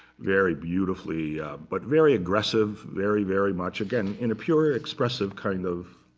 very beautifully but very aggressive, very, very much, again, in a pure, expressive kind of